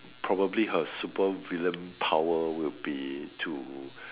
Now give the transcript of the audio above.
probably her super villain power will be to